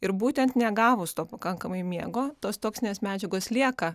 ir būtent negavus to pakankamai miego tos toksinės medžiagos lieka